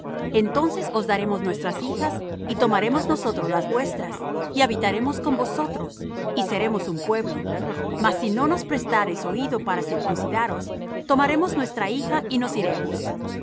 entonces os daremos nuestras hijas y tomaremos nosotros las vuestras y habitaremos con vosotros y seremos un pueblo mas si no nos prestareis oído para circuncidaros tomaremos nuestra hija y nos iremos